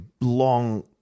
long